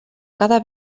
cada